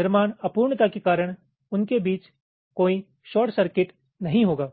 निर्माण अपूर्णता के कारण उनके बीच कोई शॉर्ट सर्किट नहीं होगा